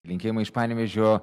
linkėjimai iš panevėžio